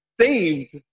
saved